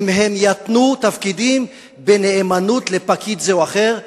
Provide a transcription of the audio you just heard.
אם הם ייתנו תפקידים בנאמנות לפקיד זה או אחר.